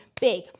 big